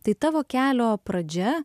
tai tavo kelio pradžia